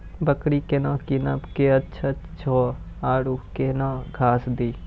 बकरी केना कीनब केअचछ छ औरू के न घास दी?